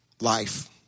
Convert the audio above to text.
life